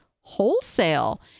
wholesale